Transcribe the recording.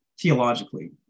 theologically